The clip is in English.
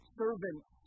servants